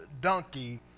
donkey